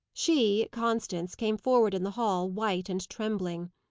she, constance, came forward in the hall, white and trembling.